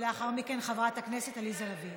ולאחר מכן, חברת הכנסת עליזה לביא.